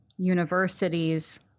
universities